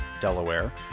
delaware